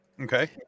okay